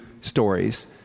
stories